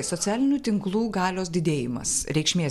socialinių tinklų galios didėjimas reikšmės